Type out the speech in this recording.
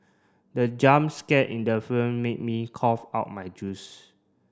the jump scare in the film made me cough out my juice